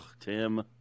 Tim